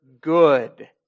good